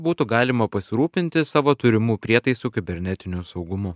būtų galima pasirūpinti savo turimų prietaisų kibernetiniu saugumu